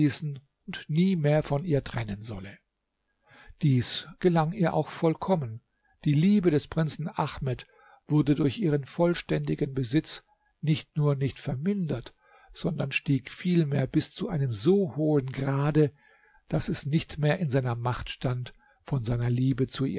und nie mehr von ihr trennen solle dies gelang ihr auch vollkommen die liebe des prinzen ahmed wurde durch ihren vollständigen besitz nicht nur nicht vermindert sondern stieg vielmehr bis zu einem so hohen grade daß es nicht mehr in seiner macht stand von seiner liebe zu